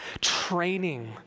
training